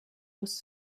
was